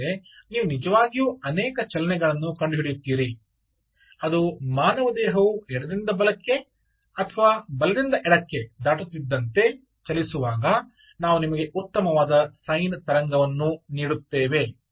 ಹೀಗೆ ಮಾಡಿದರೆ ನೀವು ನಿಜವಾಗಿಯೂ ಅನೇಕ ಚಲನೆಗಳನ್ನು ಕಂಡುಹಿಡಿಯುತ್ತೀರಿ ಅದು ಮಾನವ ದೇಹವು ಎಡದಿಂದ ಬಲಕ್ಕೆ ಅಥವಾ ಬಲದಿಂದ ಎಡಕ್ಕೆ ದಾಟುತ್ತಿದ್ದಂತೆ ಚಲಿಸುವಾಗ ನಾವು ನಿಮಗೆ ಉತ್ತಮವಾದ ಸೈನ್ ತರಂಗವನ್ನು ನೀಡುತ್ತೇವೆ